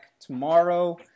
tomorrow